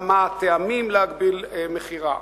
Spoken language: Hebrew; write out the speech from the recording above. וגם מה הם הטעמים להגביל מכירה.